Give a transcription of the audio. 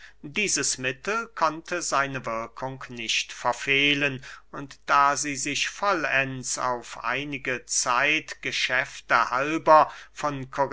dieses mittel konnte seine wirkung nicht verfehlen und da sie sich vollends auf einige zeit geschäfte halber von